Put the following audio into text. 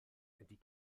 die